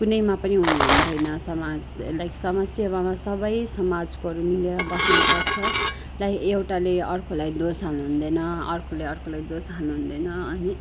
कुनैमा पनि हुनु हुँदैन समाज लाइक समाज सेवामा सबै समाजकोहरू मिलेर बस्नुपर्छ लाइक एउटाले अर्कोलाई दोष्याउनु हुँदैन अर्कोले अर्कोलाई दोष हाल्नु हुँदैन